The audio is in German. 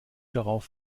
darauf